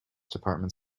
department